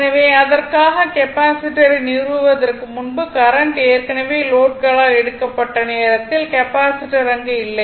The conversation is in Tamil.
எனவே அதற்காக கெப்பாசிட்டரை நிறுவுவதற்கு முன்பு கரண்ட் ஏற்கனவே லோட்களால் எடுக்கப்பட்ட நேரத்தில் கெப்பாசிட்டர் அங்கு இல்லை